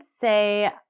say